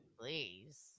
Please